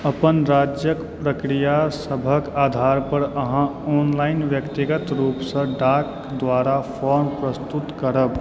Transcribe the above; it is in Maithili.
अपन राज्यक प्रक्रिया सभक आधार पर अहाँ ऑनलाइन व्यक्तिगत रूपसँ डाक द्वारा फॉर्म प्रस्तुत करब